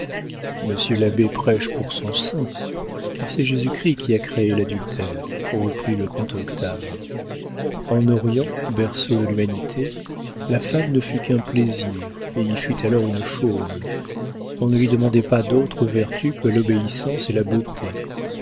monsieur l'abbé prêche pour son saint car c'est jésus-christ qui a créé l'adultère reprit le comte octave en orient berceau de l'humanité la femme ne fut qu'un plaisir et y fut alors une chose on ne lui demandait pas d'autres vertus que l'obéissance et la beauté